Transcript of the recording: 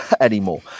anymore